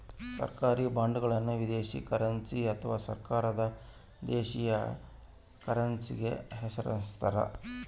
ಸರ್ಕಾರಿ ಬಾಂಡ್ಗಳನ್ನು ವಿದೇಶಿ ಕರೆನ್ಸಿ ಅಥವಾ ಸರ್ಕಾರದ ದೇಶೀಯ ಕರೆನ್ಸ್ಯಾಗ ಹೆಸರಿಸ್ತಾರ